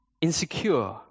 insecure